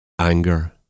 Anger